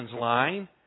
line